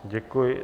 Děkuji.